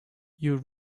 you